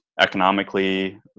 economically